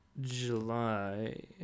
July